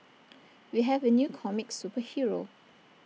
we have A new comic superhero